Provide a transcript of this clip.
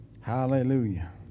Hallelujah